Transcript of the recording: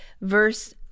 verse